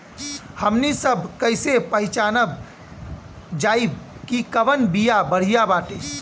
हमनी सभ कईसे पहचानब जाइब की कवन बिया बढ़ियां बाटे?